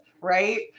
right